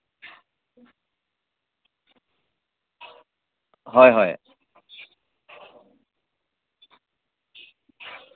হয় হয়